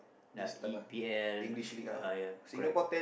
like E_P_L ya correct